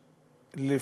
מדינות.